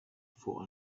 for